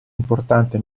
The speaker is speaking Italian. importante